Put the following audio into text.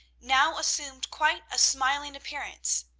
now assumed quite a smiling appearance.